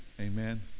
Amen